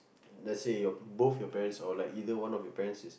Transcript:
let's say your both your parents or like either one of your parents is